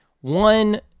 one